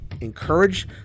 encourage